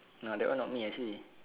no that one not me actually